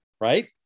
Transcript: right